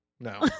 no